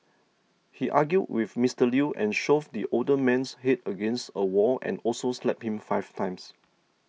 he argued with Mister Lew and shoved the older man's head against a wall and also slapped him five times